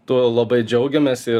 tuo labai džiaugiamės ir